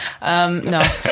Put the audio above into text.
No